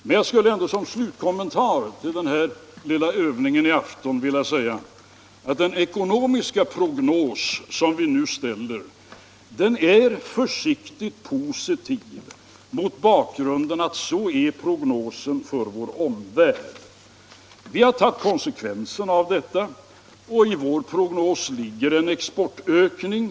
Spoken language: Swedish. Men jag vill ändå som slutkommentar till den här lilla övningen i afton säga, att den ekonomiska prognos som vi nu ställer är försiktigt positiv mot bakgrunden att så är prognosen för vår omvärld. Vi har tagit konsekvensen av detta. I vår prognos ligger därför en exportökning.